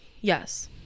Yes